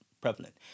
prevalent